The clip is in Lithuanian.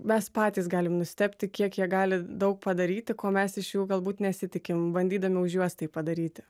mes patys galim nustebti kiek jie gali daug padaryti ko mes iš jų galbūt nesitikim bandydami už juos tai padaryti